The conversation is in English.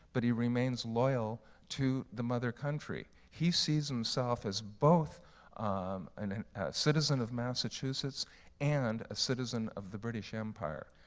but he remains loyal to the mother country. he sees himself as both um and and a citizen of massachusetts and a citizen of the british empire.